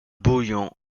bouillon